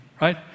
right